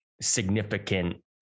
significant